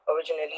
originally